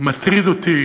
מטריד אותי